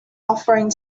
offering